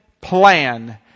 plan